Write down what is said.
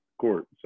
court